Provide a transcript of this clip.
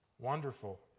Wonderful